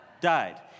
Died